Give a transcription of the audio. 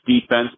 defense